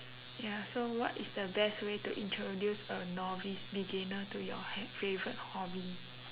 ya so what is the best way to introduce a novice beginner to your h~ favorite hobby